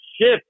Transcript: ship